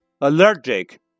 allergic